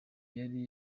yari